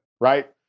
right